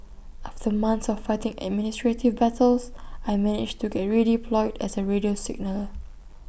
after months of fighting administrative battles I managed to get redeployed as A radio signaller